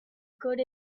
good